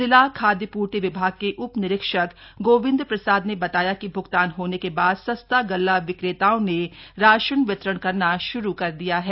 जिला खादय पूर्ति विभाग के उपनिरीक्षक गोविंद प्रसाद ने बताया कि भ्गतान होने के बाद सस्ता गल्ला विक्रेताओं ने राशन वितरण करना शुरू कर दिया है